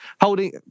holding